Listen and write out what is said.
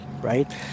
right